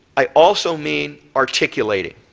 i also mean articulating.